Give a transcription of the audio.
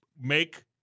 make